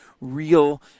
real